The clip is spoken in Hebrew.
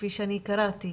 כפי שאני קראתי,